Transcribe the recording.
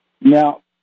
now